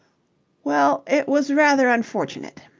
well, it was rather unfortunate.